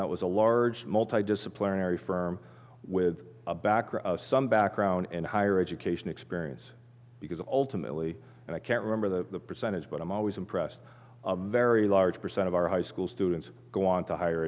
that was a large multi disciplinary firm with a backer of some background and higher education experience because ultimately i can't remember the percentage but i'm always impressed very large percent of our high school students go on to higher